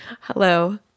Hello